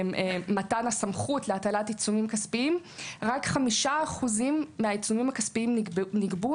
מתן הסמכות להטלת עיצומים כספיים רק 5% מן העיצומים הכספיים נגבו,